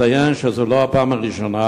יש לציין שזאת לא הפעם הראשונה